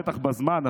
בטח בזמן,